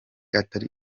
atari